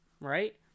Right